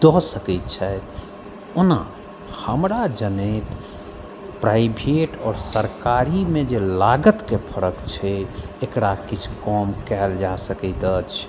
दऽ सकैत छथि ओना हमरा जनैत प्राइभेट आओर सरकारीमे जे लागतके फर्क छै तकरा किछु कम कयल जा सकैत अछि